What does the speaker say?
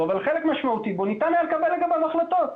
אבל חלק משמעותי בו ניתן היה לקבל לגביו החלטות.